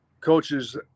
coaches –